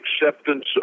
acceptance